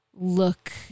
look